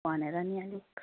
भनेर नि अलिक